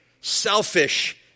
selfish